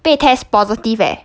被 test positive eh